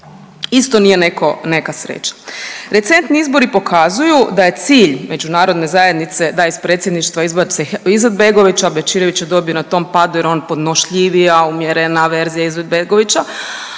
isto nije neka sreća. Recentni izbori pokazuju da je cilj Međunarodne zajednice da iz Predsjedništva izbace Izetbegovića. Bećirović je dobio na tom padu, jer je on podnošljivija, umjerena verzija Izetbegovića.